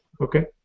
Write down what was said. Okay